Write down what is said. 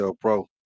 pro